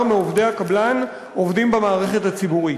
מעובדי הקבלן עובדים במערכת הציבורית.